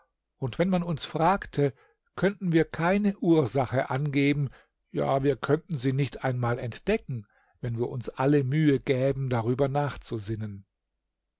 und wenn man uns fragte könnten wir keine ursache angeben ja wir könnten sie nicht einmal entdecken wenn wir uns alle mühe gäben darüber nachzusinnen